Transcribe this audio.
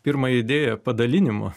pirmą idėją padalinimu